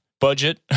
Budget